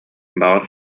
баҕар